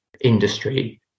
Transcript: industry